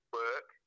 work